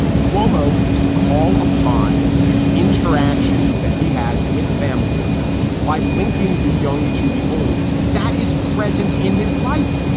cuomo can call upon his interactions that he has with family members by linking the young to the old that is present in his life.